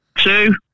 two